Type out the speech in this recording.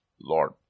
Lord